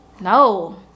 no